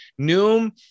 Noom